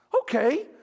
Okay